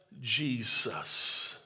Jesus